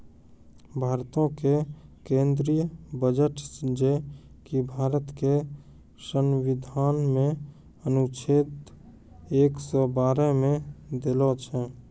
भारतो के केंद्रीय बजट जे कि भारत के संविधान मे अनुच्छेद एक सौ बारह मे देलो छै